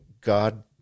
God